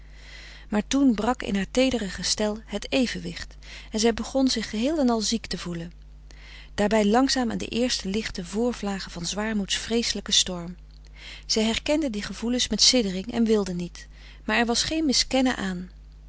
maar toen brak in haar teedere gestel het evenwicht en zij begon zich geheel en al ziek te voelen daarbij langzaam aan de eerste lichte vr vlagen van zwaarmoeds vreeselijken storm ze herkende die gevoelens met siddering en wilde niet maar er was geen miskennen aan